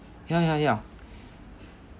ya ya ya